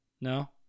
No